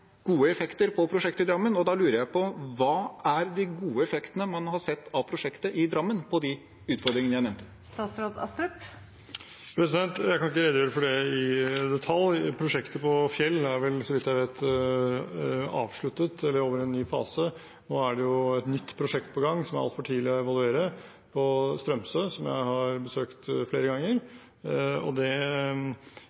gode effekter av prosjektet i Drammen. Da lurer jeg på: Hva er de gode effektene man har sett av prosjektet i Drammen på de utfordringene jeg nevnte? Jeg kan ikke redegjøre for det i detalj. Prosjektet på Fjell er vel, så vidt jeg vet, avsluttet, eller over i en ny fase. Nå er det et nytt prosjekt på gang, som det er altfor tidlig å evaluere, på Strømsø, som jeg har besøkt flere ganger.